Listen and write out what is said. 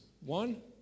One